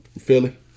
Philly